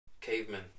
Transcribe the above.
cavemen